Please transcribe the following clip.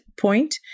point